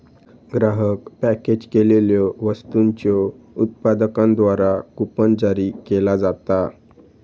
ग्राहक पॅकेज केलेल्यो वस्तूंच्यो उत्पादकांद्वारा कूपन जारी केला जाता